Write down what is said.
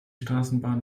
straßenbahn